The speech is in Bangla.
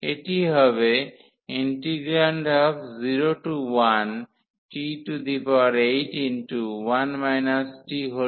এটি হবে 01t81 t52tdt